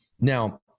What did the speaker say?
Now